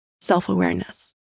self-awareness